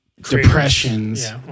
depressions